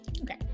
Okay